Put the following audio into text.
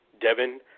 Devin